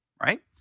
right